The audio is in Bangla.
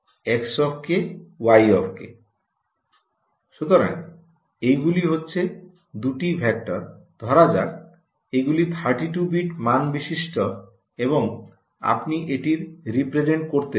সুতরাং এগুলি হচ্ছে দুটি ভেক্টর ধরা যাক এগুলি 32 বিট মান বিশিষ্ট এবং আপনি এটির রিপ্রেজেন্ট করতে চান